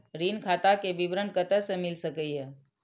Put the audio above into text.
ऋण खाता के विवरण कते से मिल सकै ये?